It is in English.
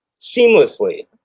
Seamlessly